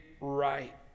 right